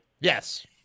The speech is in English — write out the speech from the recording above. Yes